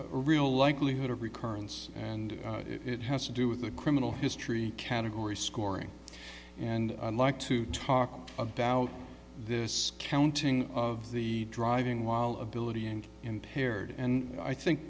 a real likelihood of recurrence and it has to do with the criminal history category scoring and like to talk about this counting of the driving while ability and impaired and i think